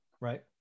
Right